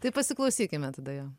tai pasiklausykime tada jo